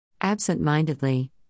Absent-mindedly